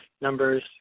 numbers